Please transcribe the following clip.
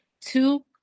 two